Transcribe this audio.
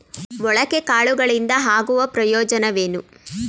ಮೊಳಕೆ ಕಾಳುಗಳಿಂದ ಆಗುವ ಪ್ರಯೋಜನವೇನು?